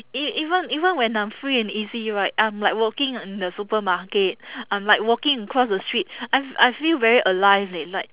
e~ even even when I'm free and easy right I'm like walking in the supermarket I'm like walking across the street I I feel very alive leh like